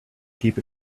keep